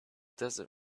desert